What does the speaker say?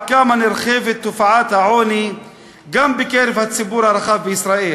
כמה נרחבת תופעת העוני גם בקרב הציבור הרחב בישראל,